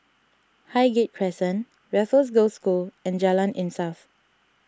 Highgate Crescent Raffles Girls' School and Jalan Insaf